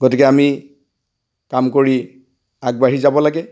গতিকে আমি কাম কৰি আগবাঢ়ি যাব লাগে